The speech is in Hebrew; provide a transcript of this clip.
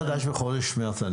מתווה חדש בחודש מרס.